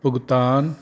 ਭੁਗਤਾਨ